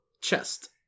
chest